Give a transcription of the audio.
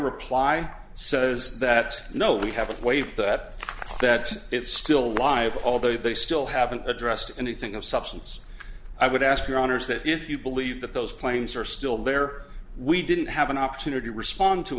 reply says that no we haven't waived that that it's still live although they still haven't addressed anything of substance i would ask your honour's that if you believe that those claims are still there we didn't have an opportunity to respond to